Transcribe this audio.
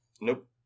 Nope